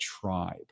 tribe